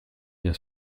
bien